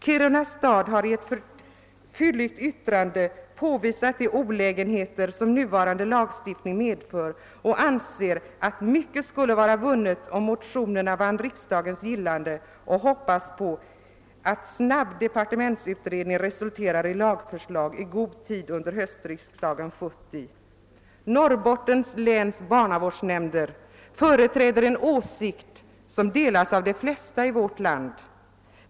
Kiruna stad har i ett fylligt yttrande påvisat de olägenheter som den nu varande lagstiftningen medför och anser att mycket skulle vara vunnet, om motionerna vann riksdagens gillande och hoppas på att snabb departementsutredning resulterar i lagförslag i god tid under höstriksdagen 1970. Norrbottens läns barnavårdsnämnder företräder en åsikt som delas av de flesta i vårt land.